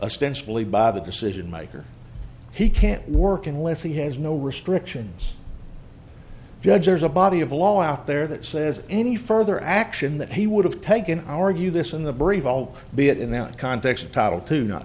really by the decision maker he can't work unless he has no restrictions judge there's a body of law out there that says any further action that he would have taken argue this in the brief all be it in that context title to not